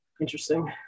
interesting